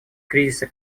кризиса